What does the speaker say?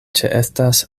ĉeestas